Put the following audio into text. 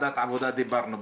בוועדת העבודה דיברנו על זה,